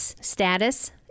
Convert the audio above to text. status